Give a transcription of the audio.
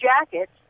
jackets